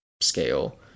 scale